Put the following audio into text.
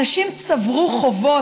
אנשים צברו חובות,